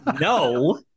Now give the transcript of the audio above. no